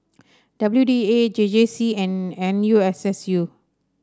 W D A J J C and N U S S U